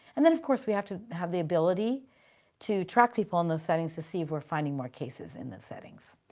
and then of course we have to have the ability to track people in those settings to see if we're finding more cases in those settings.